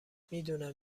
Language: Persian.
میدونم